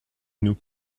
nous